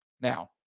Now